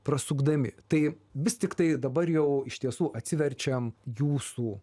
prasukdami tai vis tiktai dabar jau iš tiesų atsiverčiam jūsų